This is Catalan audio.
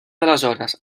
aleshores